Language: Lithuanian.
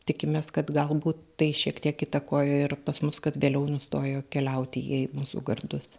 tikimės kad galbūt tai šiek tiek įtakojo ir pas mus kad vėliau nustojo keliauti į mūsų gardus